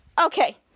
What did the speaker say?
Okay